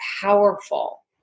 powerful